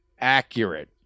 accurate